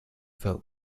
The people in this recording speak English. vote